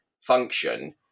function